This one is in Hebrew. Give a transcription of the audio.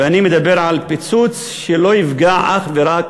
ואני מדבר על פיצוץ שלא יפגע אך ורק